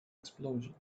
explosion